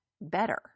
better